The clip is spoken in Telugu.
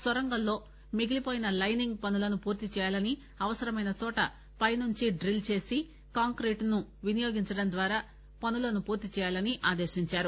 నొరంగంలో మిగిలిపోయిన లైనింగ్ పనులను పూర్తిచేయాలనిఅవసరమైన చోట పైనుంచి డ్రిల్ చేసి కాంక్రీట్ ను వినియోగించడం ద్వారా పనులను పూర్తిచేయాలని మంత్రి ఆదేశించారు